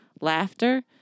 Laughter